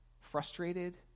frustrated